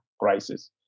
crisis